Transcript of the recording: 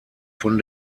von